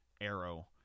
Arrow